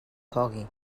cogui